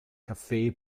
cafe